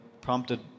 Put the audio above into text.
prompted